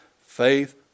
faith